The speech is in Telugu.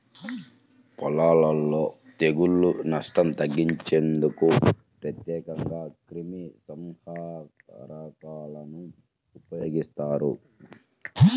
పొలాలలో తెగుళ్ల నష్టం తగ్గించేందుకు ప్రత్యేకంగా క్రిమిసంహారకాలను ఉపయోగిస్తారు